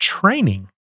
training